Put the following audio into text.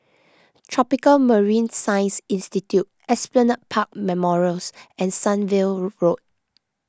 Tropical Marine Science Institute Esplanade Park Memorials and Sunview Road